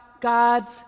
God's